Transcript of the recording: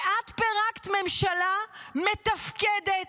שאת פירקת ממשלה מתפקדת,